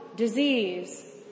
disease